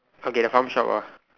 okay the farm shop ah